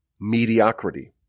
mediocrity